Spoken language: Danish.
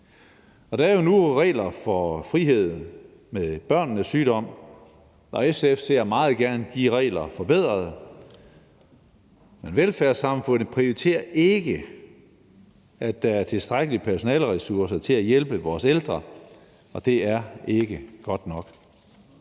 Der er jo nu regler for frihed ved børnenes sygdom, og SF ser meget gerne de regler forbedret, men velfærdssamfundet prioriterer ikke, at der er tilstrækkelige personaleressourcer til at hjælpe vores ældre, og det er ikke godt nok.